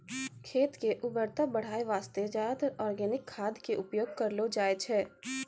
खेत के उर्वरता बढाय वास्तॅ ज्यादातर आर्गेनिक खाद के उपयोग करलो जाय छै